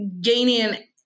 gaining